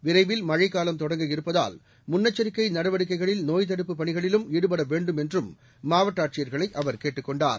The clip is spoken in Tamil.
விரைவில் மழைக்காலம் தொடங்கவிருப்பதால் முன்னெச்சரிக்கை நடவடிக்கைகளிலும் நோய்த் தடுப்புப் பணிகளிலும் ஈடுபட வேண்டும் என்றும் மாவட்ட ஆட்சியர்களை அவர் கேட்டுக் கொண்டார்